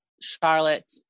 Charlotte